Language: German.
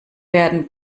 werden